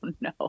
no